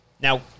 Now